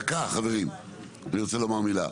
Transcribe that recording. דקה חברים אני רוצה לומר מילה,